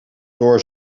door